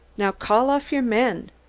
now call off your men!